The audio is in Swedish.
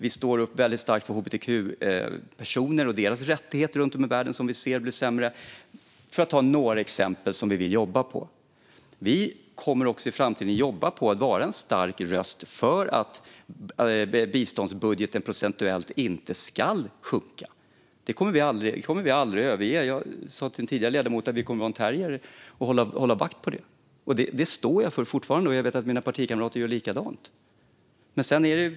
Vi står upp för hbtq-personers rättigheter runt om i världen - vi kan se hur de blir sämre. Det är några exempel på vad vi vill jobba med. Vi kommer i framtiden att jobba för att vara en stark röst för att biståndsbudgeten procentuellt inte ska sjunka. Det arbetet kommer vi aldrig att överge. Jag sa till en tidigare ledamot att vi kommer att vara som en terrier i dessa frågor. Det står jag fortfarande för, och jag vet att mina partikamrater gör likadant.